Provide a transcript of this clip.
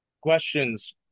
questions